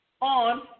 on